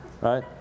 Right